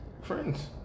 Friends